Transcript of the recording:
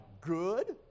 good